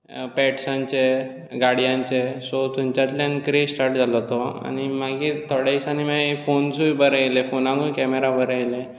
पेट्सांचे गाडयांचे सो थंयच्यातल्यान क्रॅज स्टार्ट जालो तो म्हाका आनी मागीर थोडे दिसांनी मागीर फोन्सूय बरे येयले फोनाकूय कॅमेरा बरे येयले